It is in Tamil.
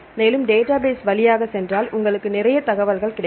மேலும் டேட்டாபேஸ் வழியாக சென்றால் உங்களுக்கு நிறைய தகவல்கள் கிடைக்கும்